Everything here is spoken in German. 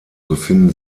befinden